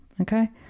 Okay